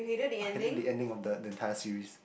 I hated the ending of the the entire series